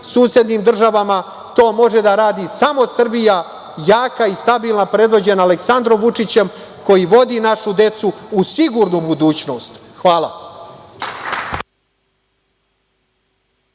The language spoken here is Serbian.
susednim država, to može da radi samo Srbija, jaka i stabilna, predvođena Aleksandrom Vučićem, koji vodi našu decu u sigurnu budućnost. Hvala.